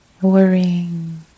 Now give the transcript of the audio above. worrying